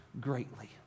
greatly